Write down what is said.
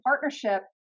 partnership